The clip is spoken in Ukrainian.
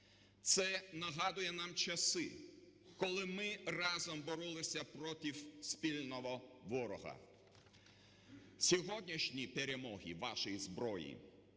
Це нагадує нам часи, коли ми разом боролися проти спільного ворога. Сьогоднішні перемоги вашої зброї